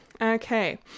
Okay